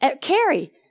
Carrie